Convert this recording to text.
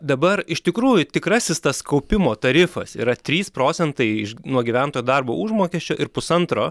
dabar iš tikrųjų tikrasis tas kaupimo tarifas yra trys procentai nuo gyventojo darbo užmokesčio ir pusantro